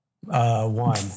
One